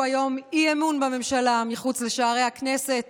היום אי-אמון בממשלה מחוץ לשערי הכנסת